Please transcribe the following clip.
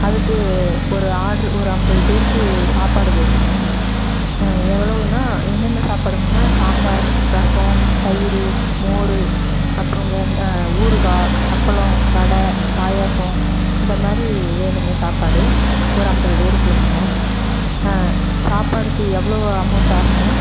அதுக்கு ஒரு ஆர்டர் ஒரு ஐம்பது பேருக்கு சாப்பாடு வேணும்ங்க எவ்ளவுன்னா என்னென்ன சாப்பாடுங்கன்னா சாம்பார் ரசம் தயிர் மோர் அப்புறம் ஊறுகாய் அப்பளம் வடை பாயாசம் இந்தமாதிரி வேணும்ங்க சாப்பாடு ஒரு ஐம்பது பேருக்கு வேணும்ங்க சாப்பாடுக்கு எவ்ளவு அமெளண்ட் ஆகும்ங்க